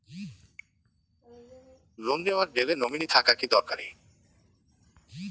Loan নেওয়ার গেলে nominee থাকা কি দরকারী?